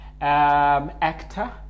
actor